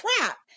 crap